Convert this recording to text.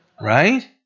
right